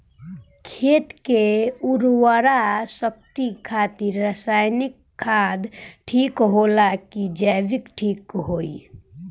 खेत के उरवरा शक्ति खातिर रसायानिक खाद ठीक होला कि जैविक़ ठीक होई?